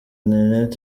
internet